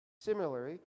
Similarly